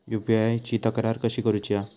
UPI ची तक्रार कशी करुची हा?